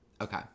Okay